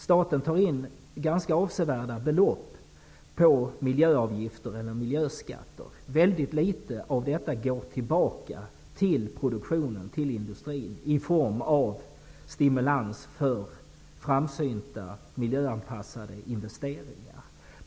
Staten tar in ganska avsevärda belopp i miljöskatter, och väldigt litet av detta går tillbaka till produktionen, till industrin, i form av stimulans till framsynta miljöanpassade investeringar.